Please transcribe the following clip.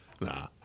Nah